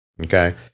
okay